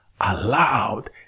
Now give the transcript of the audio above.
allowed